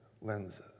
lenses